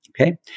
Okay